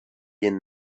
jen